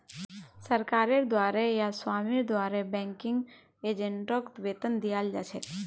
सरकारेर द्वारे या स्वामीर द्वारे बैंकिंग एजेंटक वेतन दियाल जा छेक